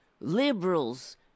liberals